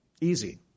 Easy